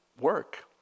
work